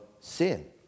sin